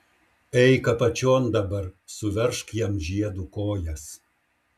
eik apačion dabar suveržk jam žiedu kojas